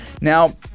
Now